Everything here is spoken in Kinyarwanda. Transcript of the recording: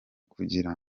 kugira